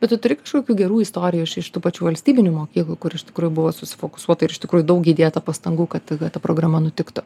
bet tu turi kažkokių gerų istorijų iš iš tų pačių valstybinių mokyklų kur iš tikrųjų buvo susifokusuota ir iš tikrųjų daug įdėta pastangų kad ta programa nutiktų